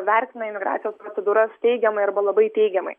vertina imigracijos procedūras teigiamai arba labai teigiamai